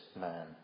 man